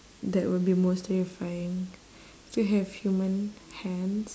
that would be most terrifying to have human hands